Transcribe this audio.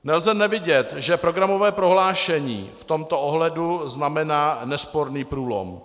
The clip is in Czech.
Nelze nevidět, že programové prohlášení v tomto ohledu znamená nesporný průlom.